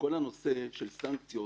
וכל נושא הסנקציות